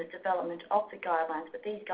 development of the guidelines,